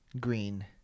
green